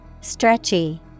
Stretchy